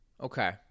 Okay